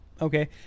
Okay